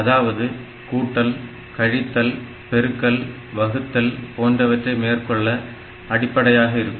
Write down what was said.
அதாவது கூட்டல் கழித்தல் பெருக்கல் வகுத்தல் போன்றவற்றை மேற்கொள்ள அடிப்படையாக இருக்கும்